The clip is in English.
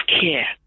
care